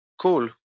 Cool